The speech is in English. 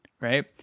right